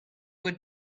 would